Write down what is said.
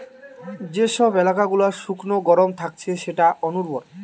যে সব এলাকা গুলা শুকনো গরম থাকছে সেটা অনুর্বর